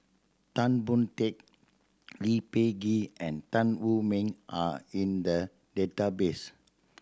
Tan Boon Teik Lee Peh Gee and Tan Wu Meng are in the database